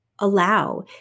allow